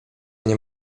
nie